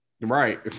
Right